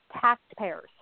taxpayers